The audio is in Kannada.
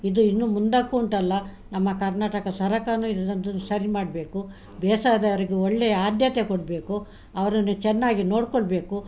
ಇದು ಇನ್ನೂ ಮುಂದಕ್ಕೂ ಉಂಟಲ್ಲ ನಮ್ಮ ಕರ್ನಾಟಕ ಸರಕಾರನು ಇನ್ನೊಂಚೂರು ಸರಿ ಮಾಡಬೇಕು ಬೇಸಾಯದವರಿಗು ಒಳ್ಳೆಯ ಆದ್ಯತೆ ಕೊಡಬೇಕು ಅವರನ್ನು ಚೆನ್ನಾಗಿ ನೋಡ್ಕೊಳ್ಬೇಕು